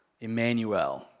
Emmanuel